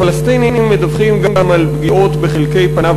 הפלסטינים מדווחים גם על פגיעות בחלקי פניו